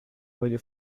valió